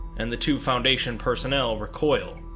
and the two foundation personnel recoil.